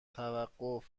توقف